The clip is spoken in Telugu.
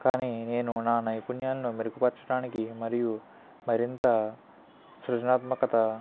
కానీ నేను నా నైపుణ్యాలను మెరుగుపరచడానికి మరియు మరింత సృజనాత్మకత